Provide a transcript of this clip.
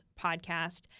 podcast